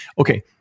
Okay